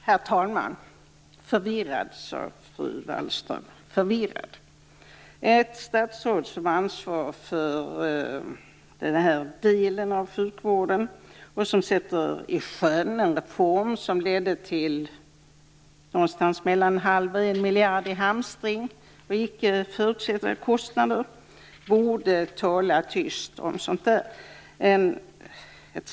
Herr talman! "Förvirrad" sade fru Wallström. Ett statsråd som har ansvar för den här delen av sjukvården och som sjösätter en reform som lett till någonstans mellan en halv och en miljard i oförutsedda kostnader för hamstring, borde tala tyst om sådant.